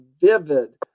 vivid